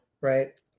right